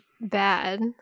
bad